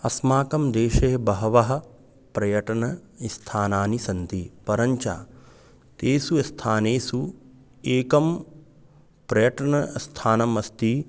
अस्माकं देशे बहवः पर्यटनस्थानानि सन्ति परञ्च तेषु स्थानेषु एकं पर्यटनस्थानम् अस्ति